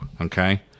Okay